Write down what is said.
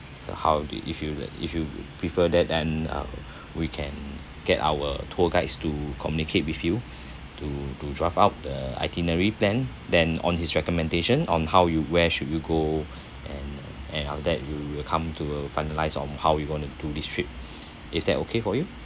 so how did if you uh if you prefer that and uh we can get our tour guides to communicate with you to to draft out the itinerary plan then on his recommendation on how you where should you go and and after that you you will come to finalise on how we gonna do this trip is that okay for you